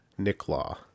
Nicklaw